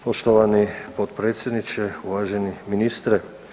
Poštovani potpredsjedniče, uvaženi ministre.